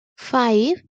five